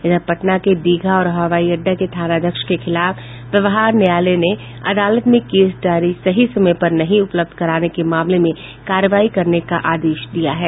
इधर पटना के दीघा और हवाई अड्डा के थानाध्यक्ष के खिलाफ व्यवहार न्यायालय ने अदालत में केस डायरी सही समय पर नहीं उपलब्ध कराने के मामले में कार्रवाई करने का आदेश दिया है